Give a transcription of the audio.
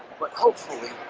but hopefully,